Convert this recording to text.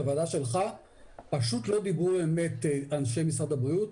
בוועדה שלך פשוט לא דיברו אמת אנשי משרד הבריאות.